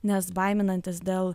nes baiminantis dėl